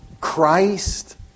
Christ